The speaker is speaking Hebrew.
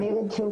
אני אגיד שוב,